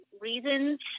reasons